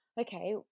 okay